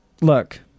Look